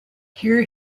here